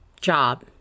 job